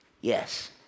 Yes